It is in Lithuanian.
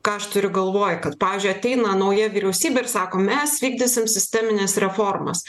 ką aš turiu galvoj kad pavyzdžiui ateina nauja vyriausybė ir sako mes vykdysim sistemines reformas